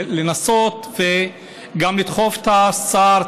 גם לדחוף את השר,